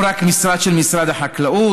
או רק של משרד החקלאות